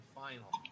final